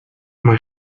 mal